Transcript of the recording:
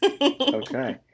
Okay